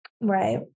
Right